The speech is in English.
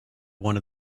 one